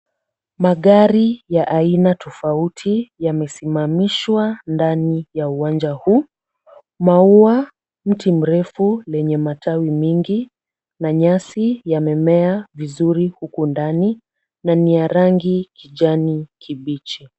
Magari ya aina tofauti yamesimamishwa ndani ya uwanja huu. Maua, mti mrefu lenye matawi mingi na nyasi yamemea vizuri huku ndani na ni ya rangi kijani kibichi.